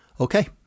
Okay